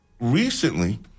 recently